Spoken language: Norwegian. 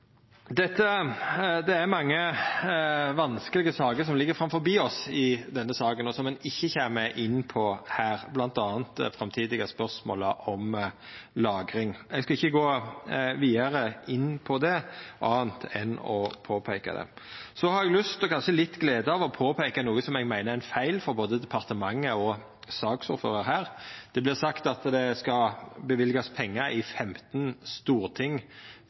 Det er mange vanskelege saker som ligg framfor oss i denne saka, og som ein ikkje kjem inn på her, bl.a. dei framtidige spørsmåla om lagring. Eg skal ikkje gå vidare inn på det, anna enn å påpeika det. Så har eg lyst til – og har kanskje litt glede av – å påpeika noko som eg meiner er ein feil frå både departementet og saksordføraren her. Det vert sagt at det skal verta løyvt pengar i 15 storting